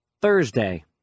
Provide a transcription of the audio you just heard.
Thursday